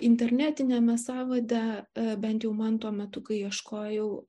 internetiniame sąvade bent jau man tuo metu kai ieškojau